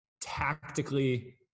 tactically